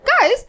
guys